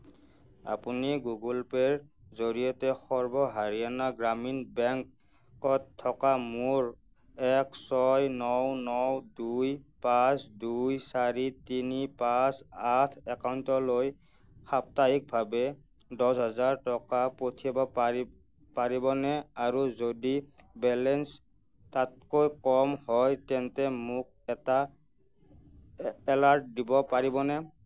আপুনি গুগল পে'ৰ জৰিয়তে সৰ্ব হাৰিয়ানা গ্ৰামীণ বেংকত থকা মোৰ এক ছয় ন ন দুই পাঁচ দুই চাৰি তিনি পাঁচ আঠ একাউণ্টলৈ সাপ্তাহিকভাৱে দহ হাজাৰ টকা পঠিয়াব পাৰিবনে আৰু যদি বেলেঞ্চ তাতকৈ কম হয় তেন্তে মোক এটা এলাৰ্ট দিব পাৰিবনে